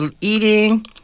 eating